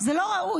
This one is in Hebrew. זה לא ראוי.